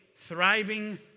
thriving